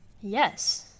Yes